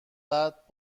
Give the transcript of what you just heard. بعد